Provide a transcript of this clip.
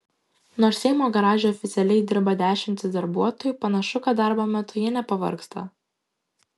nors seimo garaže oficialiai dirba dešimtys darbuotojų panašu kad darbo metu jie nepervargsta